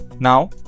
Now